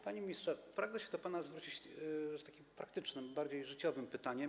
Panie ministrze, pragnę się do pana zwrócić z takim praktycznym, bardziej życiowym pytaniem.